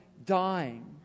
Dying